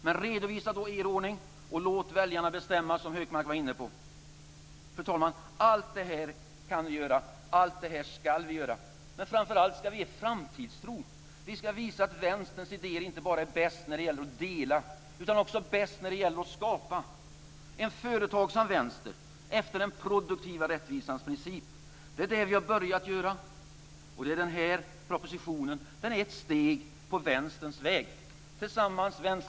Men redovisa då er ordning och låt väljarna bestämma, som Hökmark var inne på! Fru talman! Allt det här kan vi göra och allt det här ska vi göra. Men framför allt ska vi ge framtidstro. Vi ska visa att vänsterns idéer inte är bäst bara när det gäller att dela utan också när det gäller att skapa. En företagsam vänster, efter den produktiva rättvisans princip, är vad vi har börjat med. Den här propositionen är ett steg på vänsterns väg tillsammans